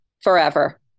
forever